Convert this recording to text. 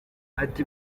ati